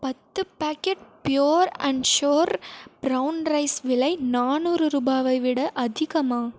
பத்து packet pure and sure brown rice விலை நானூறு ரூபாவை விட அதிகமா